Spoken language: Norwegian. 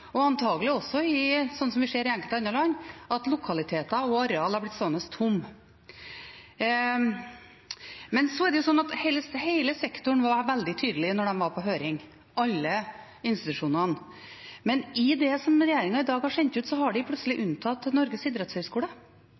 og antagelig også – som vi ser i enkelte andre land – at lokaliteter og arealer hadde blitt stående tomme. Hele sektoren – alle institusjonene – var veldig tydelig da de var på høring, men i det som regjeringen i dag har sendt ut, har den plutselig unntatt Norges